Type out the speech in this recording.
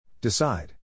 Decide